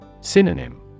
Synonym